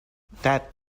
that